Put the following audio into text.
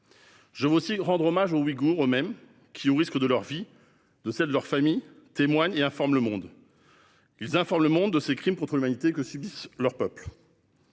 Je veux aussi rendre hommage aux Ouïghours eux-mêmes qui, au risque de leurs vies et de celles de leurs familles, témoignent et informent le monde de ce crime contre l'humanité que subit leur peuple.